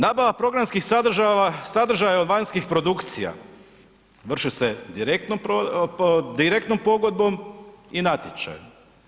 Nabava programskih sadržaja od vanjskih produkcija, vrši se direktnom pogodbom i natječajem.